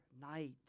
night